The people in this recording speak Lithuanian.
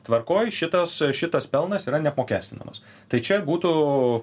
tvarkoj šitas šitas pelnas yra neapmokestinamas tai čia būtų